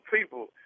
people